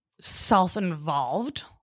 self-involved